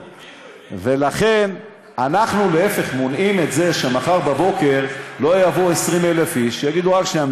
אנחנו מונעים את זה שמחר בבוקר יבואו 20,000 איש ויגידו: רק שנייה,